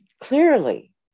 clearly